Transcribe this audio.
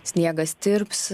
sniegas tirps